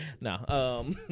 No